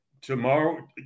Tomorrow